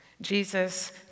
Jesus